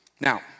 now